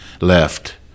left